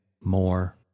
more